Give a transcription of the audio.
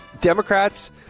Democrats